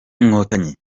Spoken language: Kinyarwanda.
inkotanyi